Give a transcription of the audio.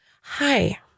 Hi